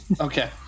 Okay